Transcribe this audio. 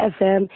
FM